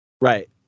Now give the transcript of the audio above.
Right